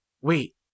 wait